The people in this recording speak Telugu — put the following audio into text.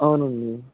అవునండి